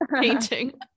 painting